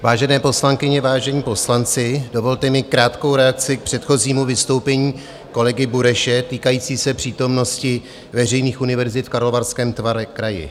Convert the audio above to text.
Vážené poslankyně, vážení poslanci, dovolte mi krátkou reakci k předchozímu vystoupení kolegy Bureše týkající se přítomnosti veřejných univerzit v Karlovarském kraji.